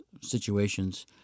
situations